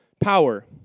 power